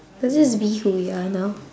let's just be who we are now